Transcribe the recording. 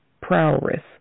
prowess